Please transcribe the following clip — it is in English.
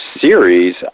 series